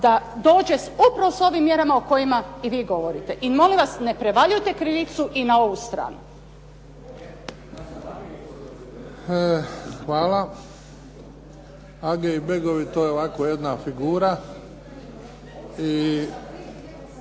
Da dođe upravo s ovim mjerama o kojima i vi govorite. I molim vas ne prevaljujte krivicu i na ovu stranu. **Bebić, Luka (HDZ)** Hvala. Age i begovi, to je ovako jedna figura